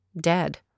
dead